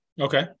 Okay